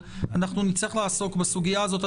אנחנו נצטרך לעסוק בסוגיה הזאת.